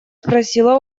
спросила